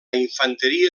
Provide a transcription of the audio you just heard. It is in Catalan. infanteria